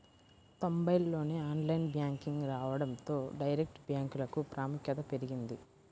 తొంబైల్లోనే online banking రావడంతో direct బ్యాంకులకు ప్రాముఖ్యత పెరిగింది